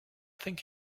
think